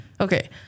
okay